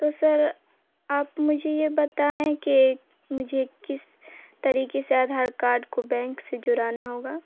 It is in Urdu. تو سر آپ مجھے یہ بتائیں کہ مجھے کس طریقے سے آدھار کارڈ کو بینک سے جڑانا ہوگا